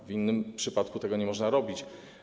W innym przypadku tego nie można robić.